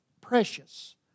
Precious